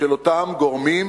של אותם גורמים